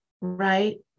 right